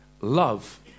Love